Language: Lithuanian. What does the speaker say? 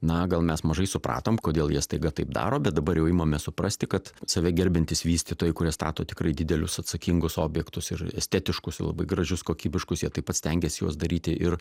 na gal mes mažai supratom kodėl jie staiga taip daro bet dabar jau imame suprasti kad save gerbiantys vystytojai kurie stato tikrai didelius atsakingus objektus ir estetiškus labai gražius kokybiškus jie taip pat stengiasi juos daryti ir